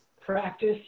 practice